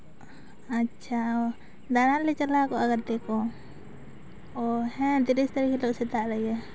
ᱟᱪᱪᱷᱟ ᱚ ᱫᱟᱬᱟᱱᱞᱮ ᱪᱟᱞᱟᱣ ᱠᱚᱜᱼᱟ ᱜᱟᱛᱮ ᱠᱚ ᱚ ᱦᱮᱸ ᱛᱤᱨᱤᱥ ᱛᱟᱨᱤᱠᱷ ᱦᱤᱞᱳᱜ ᱥᱮᱛᱟᱜ ᱨᱮᱜᱮ